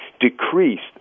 decreased